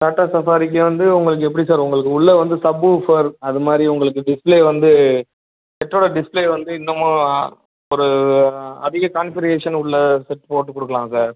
tata சஃபாரிக்கு வந்து உங்களுக்கு எப்படி சார் உங்களுக்கு உள்ள வந்து சப்வூஃபர் அது மாதிரி உங்களுக்கு டிஸ்பிளே வந்து செட்டோட டிஸ்பிளே வந்து இன்னமும் ஒரு அதிக கான்ஃபிகுரேஷன் உள்ள செட் போட்டு கொடுக்களாங்க சார்